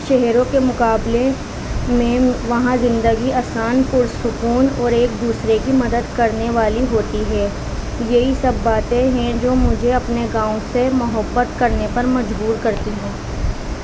شہروں کے مقابلے میں وہاں زندگی آسان پرسکون اور ایک دوسرے کی مدد کرنے والی ہوتی ہے یہی سب باتیں ہیں جو مجھے اپنے گاؤں سے محبت کرنے پر مجبور کرتی ہیں